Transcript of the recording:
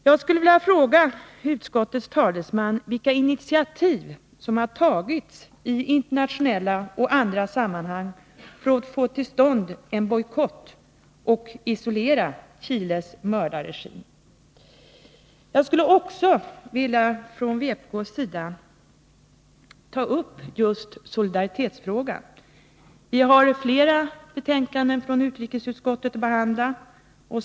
Jag skulle vilja fråga utskottets talesman: Vilka initiativ har tagits i internationella och andra sammanhang för att få till stånd en bojkott och isolera Chiles mördarregim? Jag skulle också för vpk:s del vilja ta upp just solidaritetsfrågan. Flera betänkanden från utrikesutskottet kommer att behandlas i dag.